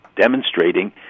demonstrating